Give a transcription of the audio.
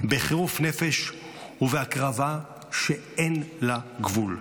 בחירוף נפש ובהקרבה שאין לה גבול.